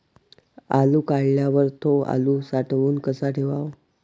आलू काढल्यावर थो आलू साठवून कसा ठेवाव?